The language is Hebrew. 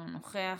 אינו נוכח.